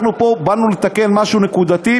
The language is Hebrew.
אנחנו פה באנו לתקן משהו נקודתי,